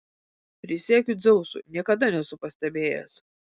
prisiekiu dzeusu niekada nesu pastebėjęs